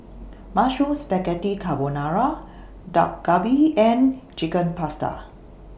Mushroom Spaghetti Carbonara Dak Galbi and Chicken Pasta